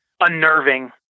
unnerving